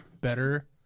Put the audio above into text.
better